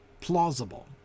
plausible